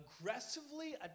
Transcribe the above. aggressively